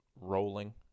rolling